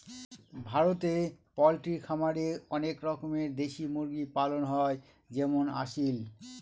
ভারতে পোল্ট্রি খামারে অনেক রকমের দেশি মুরগি পালন হয় যেমন আসিল